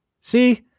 See